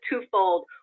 twofold